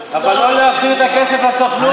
אבל לא להחזיר את הכסף לסוכנות.